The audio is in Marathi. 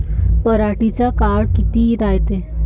पराटीचा काळ किती रायते?